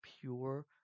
pure